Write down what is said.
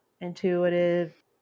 intuitive